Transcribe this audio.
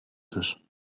tisch